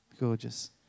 Gorgeous